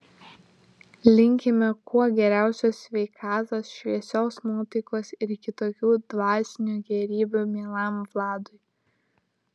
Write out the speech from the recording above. linkime kuo geriausios sveikatos šviesios nuotaikos ir kitokių dvasinių gėrybių mielam vladui